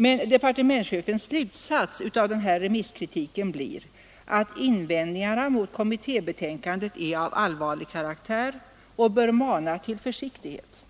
Men departementschefens slutsats av remisskritiken blir att invändningarna mot kommittébetänkandet ”är av allvarlig karaktär och bör mana till försiktighet